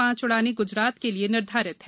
पांच उडा़नें गुजरात के लिए निर्धारित हैं